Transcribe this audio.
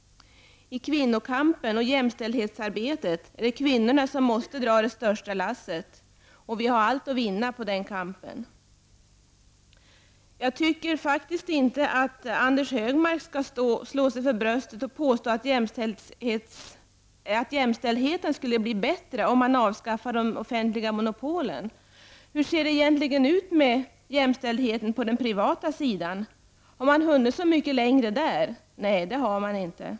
I kvinnokampen och jämställdhetsarbetet är det kvinnorna som måste dra det största lasset. Och vi har allt att vinna i den kampen. Jag tycker faktiskt inte att Anders Högmark skall slå sig för bröstet och påstå att jämställdheten skulle bli bättre om man avskaffade de offentliga monopolen. Hur ser det egentligen ut med jämställdheten på den privata sidan? Har man hunnit så mycket längre där? Nej, det har man inte.